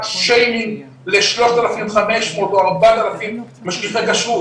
שיימינג ל-3,500 או 4,000 משגיחי כשרות.